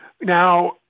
Now